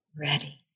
ready